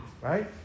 Right